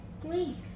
Grief